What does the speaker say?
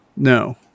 No